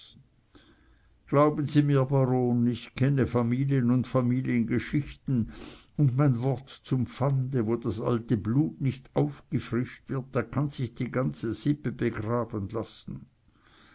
glauben sie mir baron ich kenne familien und familiengeschichten und mein wort zum pfande wo das alte blut nicht aufgefrischt wird da kann sich die ganze sippe begraben lassen